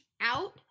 out